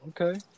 Okay